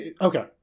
Okay